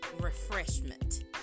refreshment